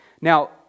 Now